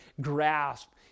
grasp